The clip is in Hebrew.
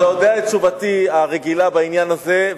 אתה יודע את תשובתי הרגילה בעניין הזה,